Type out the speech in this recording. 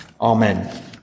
Amen